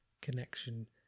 connection